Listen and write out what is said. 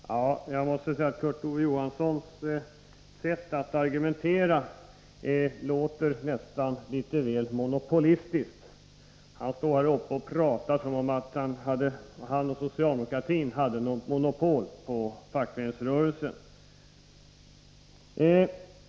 Fru talman! Jag måste säga att Kurt Ove Johanssons sätt att argumentera nästan låter litet väl monopolistiskt. Han står här och talar som om han och socialdemokratin hade något monopol på fackföreningsrörelsen.